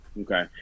Okay